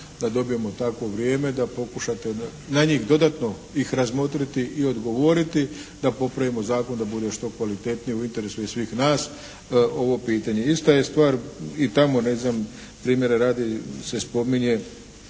da dobijemo takvo vrijeme da pokušate na njih dodatno ih razmotriti i odgovoriti da popravimo zakon da bude što kvalitetniji u interesu i svih nas ovo pitanje. Ista je stvar i tamo ne znam primjera radi se spominje